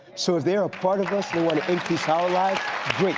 so if they're a part of us and want to increase our life, great.